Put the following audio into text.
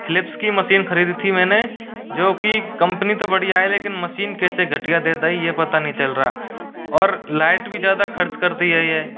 Philips की machine ख़रीदी थी मैंने जो कि कंपनी तो बढ़िया है लेकिन मशीन कैसे घटिया देता है ये पता नहीं चल रहा और लाइट भी ज़्यादा ख़र्च करती है ये